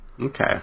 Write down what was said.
Okay